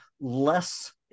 less